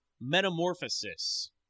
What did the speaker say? Metamorphosis